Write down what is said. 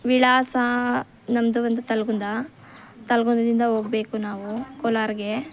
ವಿಳಾಸಾ ನಮ್ದು ಬಂದು ತಲ್ಗುಂದ ತಲ್ಗುಂದದಿಂದ ಓಗ್ಬೇಕು ನಾವು ಕೊಲಾರ್ಗೆ